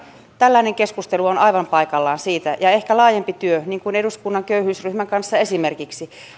tällainen keskustelu siitä on aivan paikallaan ja ehkä laajempi työ niin kuin esimerkiksi eduskunnan köyhyysryhmän kanssa